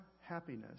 happiness